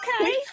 okay